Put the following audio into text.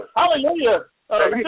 hallelujah